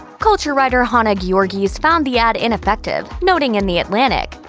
culture writer hannah giorgis found the ad ineffective, noting in the atlantic,